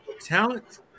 talent